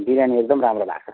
बिरियानी एकदम राम्रो भएको